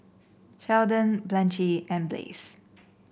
Sheldon Blanchie and Blaise